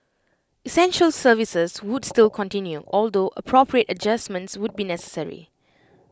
essential services would still continue although appropriate adjustments would be necessary